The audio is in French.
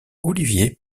olivier